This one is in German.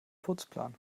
putzplan